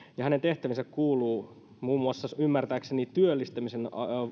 ja hänen tehtäviinsä kuuluu ymmärtääkseni muun muassa työllistämisen